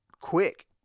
Quick